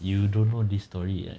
you don't know this story ah